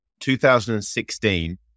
2016